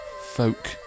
folk